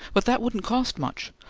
but that wouldn't cost much.